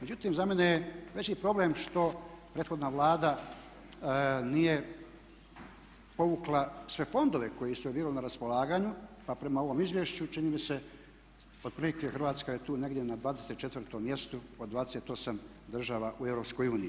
Međutim, za mene je veći problem što prethodna Vlada nije povukla sve fondove koji su joj bili na raspolaganju pa prema ovom izvješću čini mi se otprilike Hrvatska je tu negdje na 24 mjestu od 28 država u Europskoj uniji.